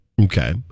Okay